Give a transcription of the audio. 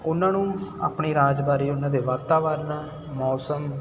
ਉਹਨਾਂ ਨੂੰ ਆਪਣੇ ਰਾਜ ਬਾਰੇ ਉਹਨਾਂ ਦੇ ਵਾਤਾਵਰਨ ਮੌਸਮ